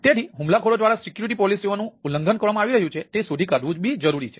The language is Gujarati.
તેથી હુમલાખોરો દ્વારા સિક્યુરિટી પોલિસીઓનું ઉલ્લંઘન કરવામાં આવી રહ્યું છે તે શોધી કાઢવું જરૂરી છે